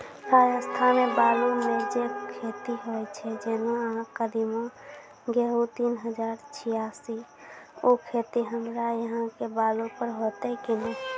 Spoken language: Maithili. राजस्थान मे बालू मे जे खेती होय छै जेना कदीमा, गेहूँ तीन हजार छियासी, उ खेती हमरा यहाँ के बालू पर होते की नैय?